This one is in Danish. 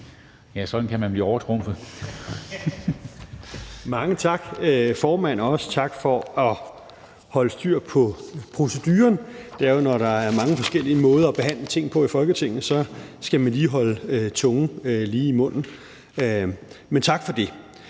fiskeri (Rasmus Prehn): Mange tak, formand. Også tak for at holde styr på proceduren. Når der er mange forskellige måder at behandle ting i Folketinget på, skal man lige holde tungen lige i munden – men tak for det.